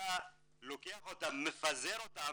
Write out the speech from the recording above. אתה מפזר אותם,